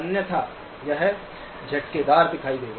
अन्यथा यह झटकेदार दिखाई देगा